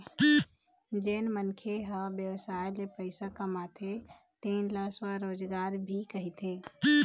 जेन मनखे ह बेवसाय ले पइसा कमाथे तेन ल स्वरोजगार भी कहिथें